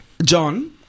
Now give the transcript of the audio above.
John